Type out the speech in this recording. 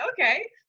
okay